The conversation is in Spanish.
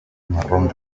marrón